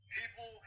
people